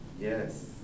Yes